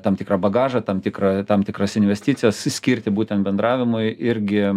tam tikrą bagažą tam tikrą tam tikras investicijas skirti būtent bendravimui irgi